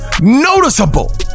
noticeable